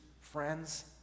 friends